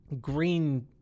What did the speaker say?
green